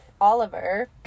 Oliver